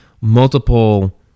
multiple